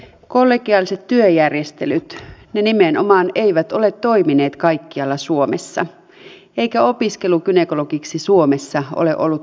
kollegiaaliset työjärjestelyt nimenomaan eivät ole toimineet kaikkialla suomessa eikä opiskelu gynekologiksi suomessa ole ollut mahdollista